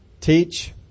Teach